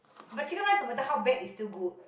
but chicken rice no matter how bad is still good